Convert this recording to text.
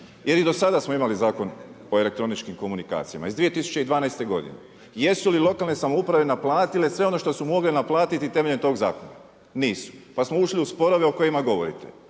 Jer i do sada smo imali Zakon o elektroničkim komunikacijama iz 2012. godine. Jesu li lokalne samouprave naplatile sve ono što su mogle naplatiti temeljem tog zakona? Nisu. Pa smo ušli u sporove o kojima govorite.